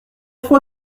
fois